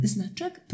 Znaczek